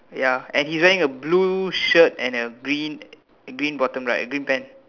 ya and he's wearing a blue shirt and a green green bottom right a green pant